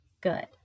good